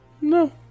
no